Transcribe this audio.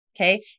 Okay